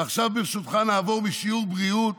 ועכשיו, ברשותך, נעבור משיעור בריאות